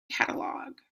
catalogue